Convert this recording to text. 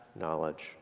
knowledge